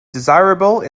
desirable